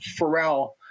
Pharrell